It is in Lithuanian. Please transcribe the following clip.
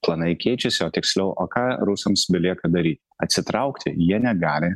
planai keičiasi o tiksliau o ką rusams belieka daryt atsitraukti jie negali